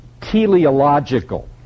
teleological